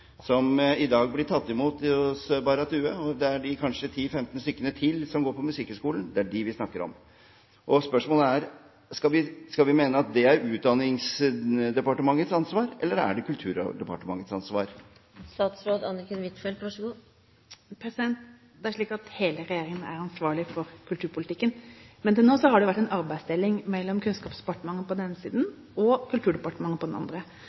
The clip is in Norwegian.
som i dag blir tatt imot hos Barratt Due, og det er de kanskje 10–15 stykkene til som går på Musikkhøgskolen, vi snakker om. Spørsmålet er: Skal vi mene at det er Utdanningsdepartementets ansvar? Eller er det Kulturdepartementets ansvar? Hele regjeringen er ansvarlig for kulturpolitikken. Men til nå har det vært en arbeidsdeling mellom Kunnskapsdepartementet på den ene siden og Kulturdepartementet på den andre.